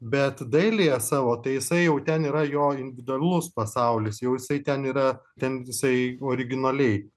bet dailėje savo tai jisai jau ten yra jo individualus pasaulis jau jisai ten yra ten jisai originaliai